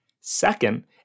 Second